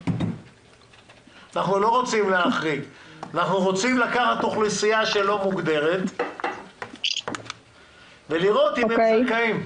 אנחנו רוצים לקחת אוכלוסייה שלא מוגדרת ולראות אם היא זכאית.